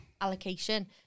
allocation